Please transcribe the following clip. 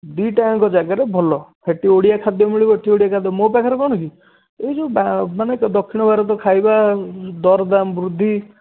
ଦୁଇଟାଙ୍କ ଜାଗାରେ ଭଲ ସେଇଠି ଓଡ଼ିଆ ଖାଦ୍ୟ ମିଳିବ ଏଇଠି ଓଡ଼ିଆ ଖାଦ୍ୟ ମୋ ପାଖରେ କ'ଣ କି ଏଇ ଯେଉଁ ମାନେ ଦକ୍ଷିଣ ଭାରତ ଖାଇବା ଦର ଦାମ୍ ବୃଦ୍ଧି